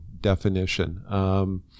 definition